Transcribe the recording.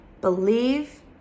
believe